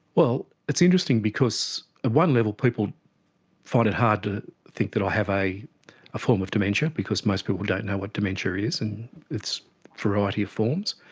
well, it's interesting because at one level people find it hard to think that i have a form of dementia because most people don't know what dementia is in its variety of forms,